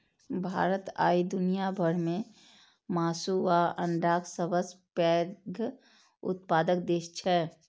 भारत आइ दुनिया भर मे मासु आ अंडाक सबसं पैघ उत्पादक देश छै